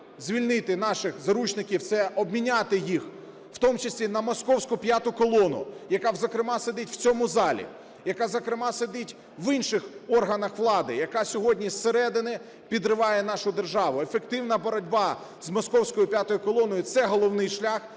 звільнити наших заручників – це обміняти їх, в тому числі на московську "п'яту колону", яка, зокрема, сидить в цьому залі, яка, зокрема, сидить в інших органах влади, яка сьогодні із середини підриває нашу державу. Ефективна боротьба з московською "п'ятою колоною" – це головний шлях